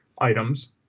items